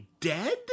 dead